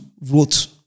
wrote